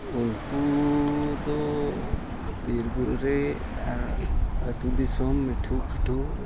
ᱩᱱᱠᱩ ᱫᱚ ᱵᱤᱨᱼᱵᱩᱨᱩ ᱨᱮ ᱟᱨ ᱟᱹᱛᱩ ᱫᱤᱥᱚᱢ ᱢᱤᱴᱷᱩ ᱯᱤᱴᱷᱩ